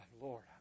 Lord